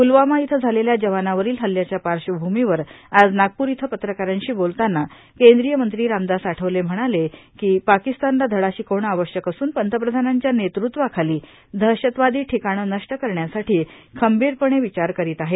पूलवामा इथं झालेल्या जवानावरील हल्ल्याच्या पार्श्वभूमीवर आज नागपूर इथं पत्रकारांशी बोलताना केंद्रीय मंत्री रामदास आठवले म्हणाले की पाकिस्तानला धडा शिकवणे आवश्यक असून पंतप्रधानांच्या नेतृत्वाखाली दहशतवादी ठिकाणं नष्ट करण्यासाठी खंबीरपणे विचार करीत आहे